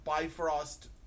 bifrost